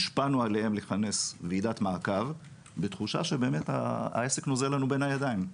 השפענו עליהם לכנס ועידת מעקב בתחושה שבאמת העסק נוזל לנו בין הידיים.